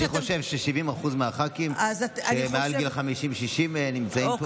אני חושב ש-70% מהח"כים שמעל גיל 60-50 נמצאים פה,